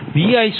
1438 j0